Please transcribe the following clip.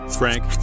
Frank